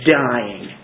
dying